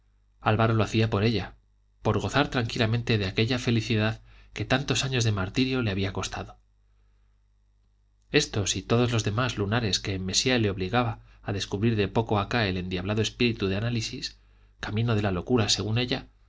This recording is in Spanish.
álvaro lo hacía por ella por gozar tranquilamente de aquella felicidad que tantos años de martirio le había costado estos y todos los demás lunares que en mesía le obligaba a descubrir de poco acá el endiablado espíritu de análisis camino de la locura según ella